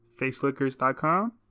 Facelickers.com